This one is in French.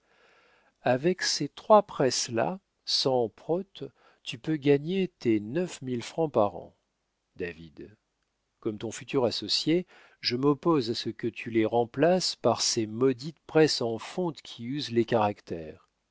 avec ces trois presses là sans prote tu peux gagner tes neuf mille francs par an david comme ton futur associé je m'oppose à ce que tu les remplaces par ces maudites presses en fonte qui usent les caractères